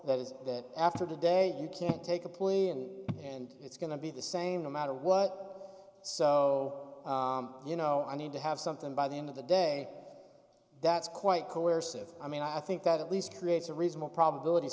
is that after today you can take a plea and it's going to be the same no matter what so you know i need to have something by the end of the day that's quite coercive i mean i think that at least creates a reasonable probability